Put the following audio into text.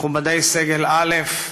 מכובדי סגל א',